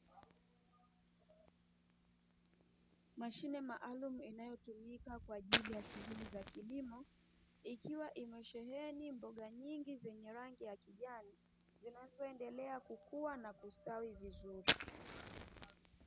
Mashine maalumu inayotumika kwa ajili ya shughuli za kilimo. Ikiwa imesheheni mboga nyingi zenye rangi ya kijani, zinazoendelea kukua na kustawi vizuri.